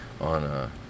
on